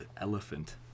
Elephant